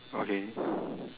okay